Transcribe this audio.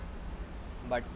but